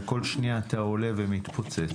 וכל שנייה אתה עולה ומתפוצץ,